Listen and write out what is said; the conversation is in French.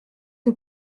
que